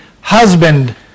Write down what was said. husband